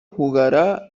jugará